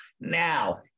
Now